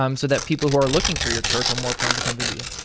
um so that people who are looking for your church are more prone to come visit you.